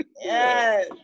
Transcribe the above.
Yes